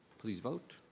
please vote.